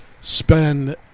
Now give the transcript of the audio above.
spend